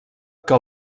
que